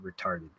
retarded